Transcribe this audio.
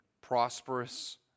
prosperous